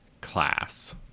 class